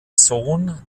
sohn